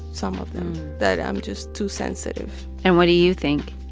some of them that i'm just too sensitive and what do you think?